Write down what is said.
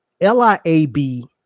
L-I-A-B